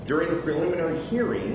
during the preliminary hearing